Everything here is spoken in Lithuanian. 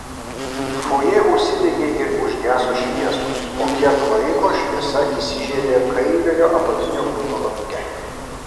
fojė užsidegė ir užgeso šviesos po kiek laiko šviesa įsižiebė kairiojo apatinio buto lange